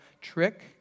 trick